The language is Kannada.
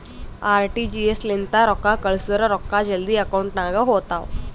ಆರ್.ಟಿ.ಜಿ.ಎಸ್ ಲಿಂತ ರೊಕ್ಕಾ ಕಳ್ಸುರ್ ರೊಕ್ಕಾ ಜಲ್ದಿ ಅಕೌಂಟ್ ನಾಗ್ ಹೋತಾವ್